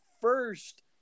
first